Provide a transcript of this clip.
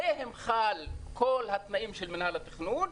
עליהם חלים כל התנאים של מנהל התכנון,